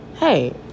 Hey